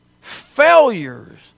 failures